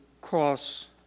cross